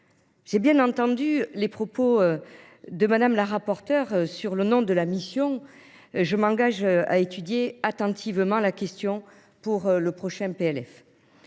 J’ai bien entendu les propos de Mme la rapporteure pour avis sur le nom de la mission, et je m’engage à étudier attentivement la question pour le prochain PLF.